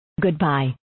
Goodbye